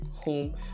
Home